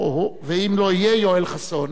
ואם לא יהיה, יואל חסון.